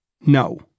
No